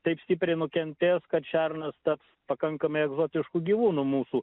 taip stipriai nukentės kad šernas taps pakankamai egzotišku gyvūnu mūsų